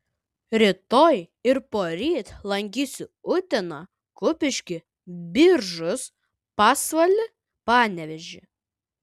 rytoj ir poryt lankysiu uteną kupiškį biržus pasvalį panevėžį